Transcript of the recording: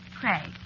Craig